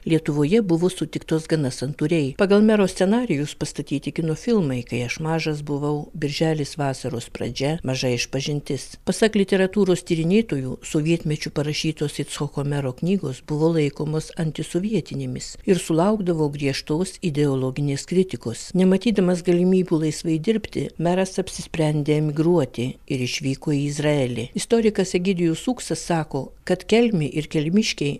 lietuvoje buvo sutiktos gana santūriai pagal mero scenarijus pastatyti kino filmai kai aš mažas buvau birželis vasaros pradžia maža išpažintis pasak literatūros tyrinėtojų sovietmečiu parašytos icchoko mero knygos buvo laikomos antisovietinėmis ir sulaukdavo griežtos ideologinės kritikos nematydamas galimybių laisvai dirbti meras apsisprendė emigruoti ir išvyko į izraelį istorikas egidijus ūksas sako kad kelmė ir kelmiškiai